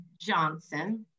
Johnson